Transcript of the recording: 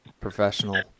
professional